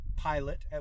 pilot